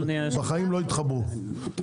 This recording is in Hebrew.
בחיים לא יתחברו.